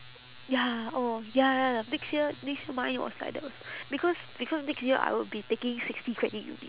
ya oh ya ya the next year next year mine was like that also because because next year I would be taking sixty credit unit